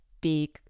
big